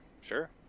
sure